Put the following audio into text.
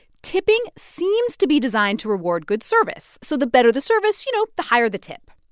tipping seems to be designed to reward good service. so the better the service, you know, the higher the tip.